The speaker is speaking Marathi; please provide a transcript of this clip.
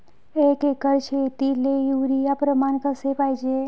एक एकर शेतीले युरिया प्रमान कसे पाहिजे?